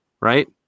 Right